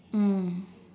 mm